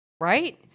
Right